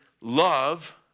love